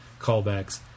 callbacks